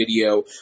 video